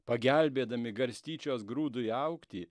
pagelbėdami garstyčios grūdui augti